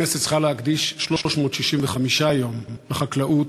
הכנסת צריכה להקדיש 365 יום לחקלאות,